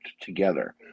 together